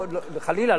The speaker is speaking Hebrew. חלילה,